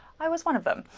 i was one of them!